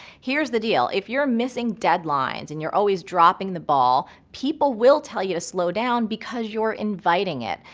here's the deal, if you're missing deadlines and you're always dropping the ball people will tell you to slow down because you're inviting it.